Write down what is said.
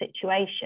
situation